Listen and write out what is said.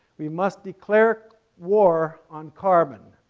we must declare war on carbon